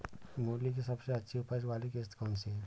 मूली की सबसे अच्छी उपज वाली किश्त कौन सी है?